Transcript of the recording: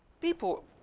people